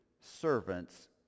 servants